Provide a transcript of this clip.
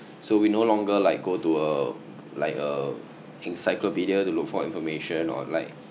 so we no longer like go to a like a encyclopedia to look for information or like